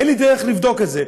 אין לי דרך לבדוק את זה.